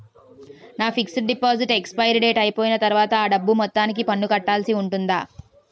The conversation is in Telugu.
నా ఫిక్సడ్ డెపోసిట్ ఎక్సపైరి డేట్ అయిపోయిన తర్వాత అ డబ్బు మొత్తానికి పన్ను కట్టాల్సి ఉంటుందా?